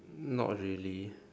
not really